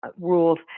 rules